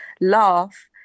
laugh